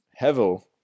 Hevel